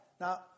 now